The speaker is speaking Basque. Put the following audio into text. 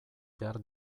behar